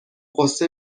غصه